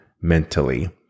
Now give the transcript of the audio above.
mentally